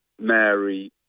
Mary